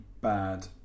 bad